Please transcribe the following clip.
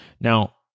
Now